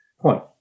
point